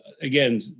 again